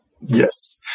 Yes